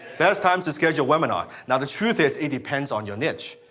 best times to schedule webinar. now the truth is, it depends on your niche.